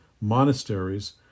monasteries